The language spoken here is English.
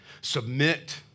Submit